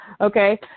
Okay